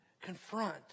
Confront